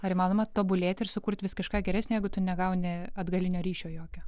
ar įmanoma tobulėti ir sukurti vis kažką geresnio jeigu tu negauni atgalinio ryšio jokio